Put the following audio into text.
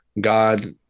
God